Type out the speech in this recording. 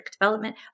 development